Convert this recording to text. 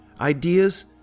Ideas